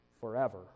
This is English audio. forever